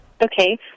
Okay